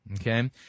Okay